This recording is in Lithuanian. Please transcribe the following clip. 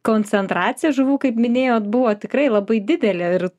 koncentracija žuvų kaip minėjot buvo tikrai labai didelė ir